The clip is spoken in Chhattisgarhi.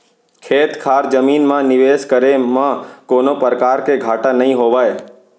खेत खार जमीन म निवेस करे म कोनों परकार के घाटा नइ होवय